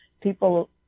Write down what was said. people